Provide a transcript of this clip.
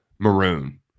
Maroon